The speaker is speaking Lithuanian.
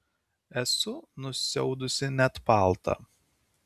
esu nusiaudusi net paltą